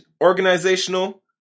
organizational